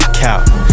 cow